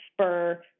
spur